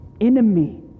enemy